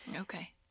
Okay